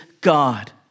God